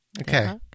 okay